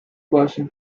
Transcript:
person